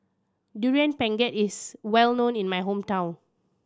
Durian Pengat is well known in my hometown